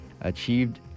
achieved